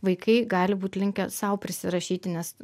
vaikai gali būt linkę sau prisirašyti nes